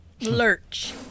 Lurch